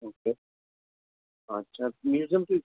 okay اچھا تو یہ سب کچھ